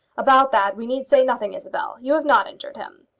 about that we need say nothing, isabel. you have not injured him.